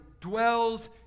dwells